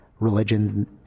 Religions